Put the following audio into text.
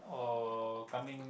or coming